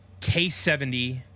k70